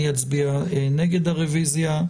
אני אצביע נגד הרביזיה.